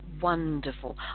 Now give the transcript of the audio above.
Wonderful